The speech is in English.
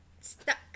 stuck